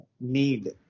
need